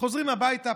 חוזרים הביתה,